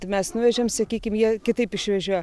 mes nuvežėm sakykim jie kitaip išvežioja